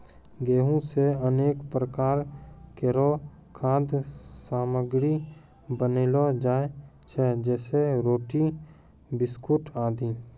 गेंहू सें अनेक प्रकार केरो खाद्य सामग्री बनैलो जाय छै जैसें रोटी, बिस्कुट आदि